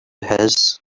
his